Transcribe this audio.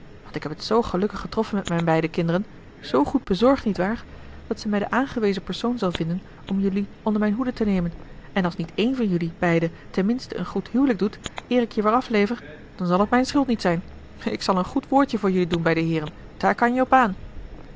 want ik heb het zoo gelukkig getroffen met mijn beide kinderen zoo goed bezorgd nietwaar dat ze mij de aangewezen persoon zal vinden om jelui onder mijn hoede te nemen en als niet één van jelui beiden ten minste een goed huwelijk doet eer ik je weer aflever dan zal het mijn schuld niet zijn ik zal een goed woordje voor jelui doen bij de heeren daar kan je op aan